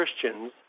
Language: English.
christians